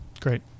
Great